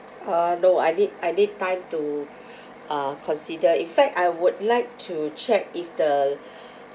uh no I need I need time to uh consider in fact I would like to check if the